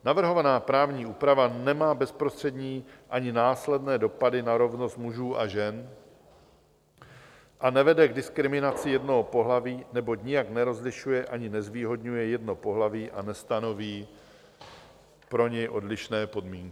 Navrhovaná právní úprava nemá bezprostřední ani následné dopady na rovnost mužů a žen a nevede k diskriminaci jednoho z pohlaví, neboť nijak nerozlišuje ani nezvýhodňuje jedno z pohlaví a nestanoví pro něj odlišné podmínky.